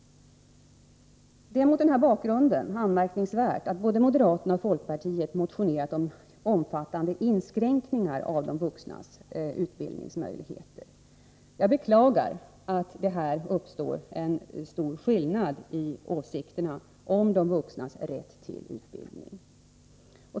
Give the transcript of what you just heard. Det är mot denna bakgrund anmärkningsvärt att både moderaterna och folkpartiet motionerat om omfattande inskränkningar av de vuxnas utbildningsmöjligheter. Jag beklagar att det här uppstår en stor skillnad i åsikterna om de vuxnas rätt till utbildning.